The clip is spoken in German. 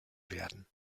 werden